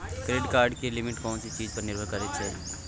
Credit card के limit कोन सब चीज पर निर्भर करै छै?